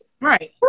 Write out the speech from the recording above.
Right